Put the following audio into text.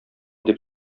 дип